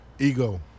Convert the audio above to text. Ego